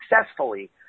successfully